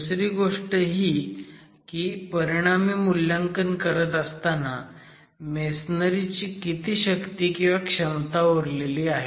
दुसरी गोष्ट ही की परिणामी मूल्यांकन करत असताना मेसनरी ची किती शक्ती किंवा क्षमता उरलेली आहे